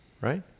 right